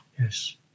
Yes